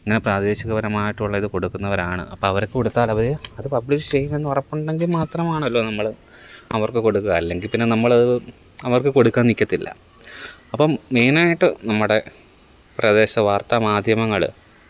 ഇങ്ങനെ പ്രാദേശികപരമയിട്ടുള്ള ഇത് കൊടുക്കുന്നവരാണ് അപ്പം അവർക്ക് കൊടുത്താലവര് അത് പബ്ലിഷ് ചെയ്യുമെന്നുറപ്പുണ്ടെങ്കില് മാത്രമാണല്ലോ നമ്മള് അവര്ക്ക് കൊടുക്കുക അല്ലെങ്കില്പ്പിന്നെ നമ്മളത് അവര്ക്ക് കൊടുക്കാന് നിൽക്കത്തില്ല അപ്പം മെയിനായിട്ട് നമ്മുടെ പ്രദേശ വാര്ത്താ മാധ്യമങ്ങള്